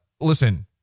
Listen